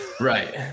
Right